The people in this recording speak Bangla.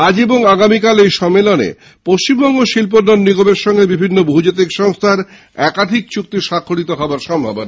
আজ এবং আগামীকাল এই সম্মেলন পশ্চিমবঙ্গে শিল্পোন্নয়ন নিগমের সঙ্গে বিভিন্ন বহুজাতিক সংস্থার একাধিক চুক্তি হওয়ার সম্ভাবনা